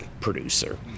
producer